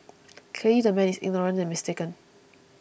clearly the man is ignorant and mistaken